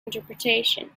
interpretation